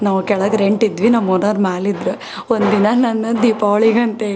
ನಾವು ಕೆಳಗೆ ರೆಂಟ್ ಇದ್ವಿ ನಮ್ಮ ಓನರ್ ಮ್ಯಾಲ ಇದ್ರು ಒಂದಿನ ನಾನು ದೀಪಾವಳಿಗೆ ಅಂಥೇಳಿ